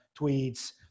tweets